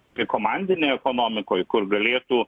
tai komandinėj ekonomikoj kur galėtų